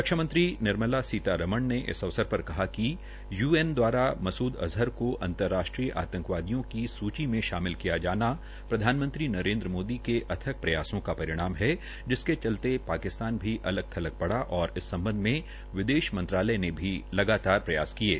रक्षा मंत्री निर्मला सीता रमण ने इस अवसरपर कहा कि यूएन द्वारा मसूद अज़हर को अंतर्राष्ट्रीय आंतकवादियों की सुची में शामिल किया जाना प्रधानमंत्री नरेन्द्र मोदी के अथक प्रयासों के परिणाम है जिसके चलते पाकिस्तान भी अलग थलग पड़ा और इस सम्बंध में विदेश मंत्रालय ने भी लगातार प्रयास किये